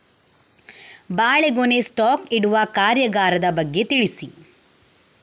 ಬಾಳೆಗೊನೆ ಸ್ಟಾಕ್ ಇಡುವ ಕಾರ್ಯಗಾರದ ಬಗ್ಗೆ ತಿಳಿಸಿ